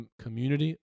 community